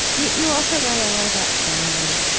you you also write a lot about family.